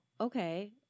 okay